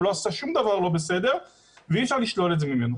הוא לא עשה שום דבר לא בסדר ואי אפשר לשלול את זה ממנו.